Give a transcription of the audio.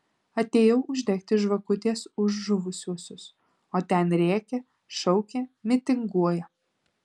atėjau uždegti žvakutės už žuvusiuosius o ten rėkia šaukia mitinguoja